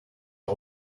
are